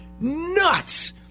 nuts